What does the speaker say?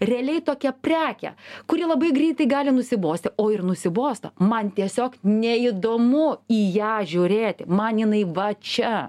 realiai tokia prekė kuri labai greitai gali nusibosti o ir nusibosta man tiesiog neįdomu į ją žiūrėti man jinai va čia